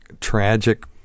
tragic